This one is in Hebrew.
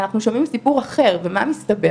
אנחנו שומעים סיפור אחר ומה מסתבר,